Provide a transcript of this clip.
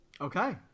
Okay